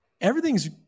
Everything's